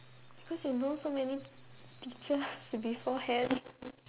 because you know so many teachers beforehand